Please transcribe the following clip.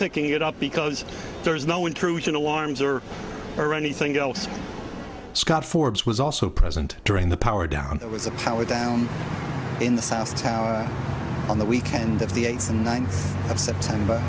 thinking it up because there was no intrusion alarms or or anything else scott forbes was also present during the power down there was a power down in the south tower on the weekend of the eighth and ninth of september